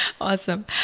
Awesome